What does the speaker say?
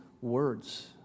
words